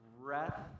breath